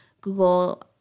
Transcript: Google